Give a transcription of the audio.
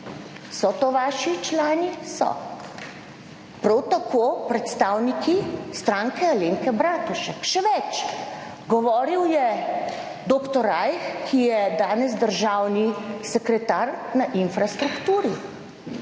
So to vaši člani? So. Prav tako predstavniki Stranke Alenke Bratušek. Še več, govoril je dr. Rajh, ki je danes državni sekretar na infrastrukturi.